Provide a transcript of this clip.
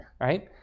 right